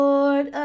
Lord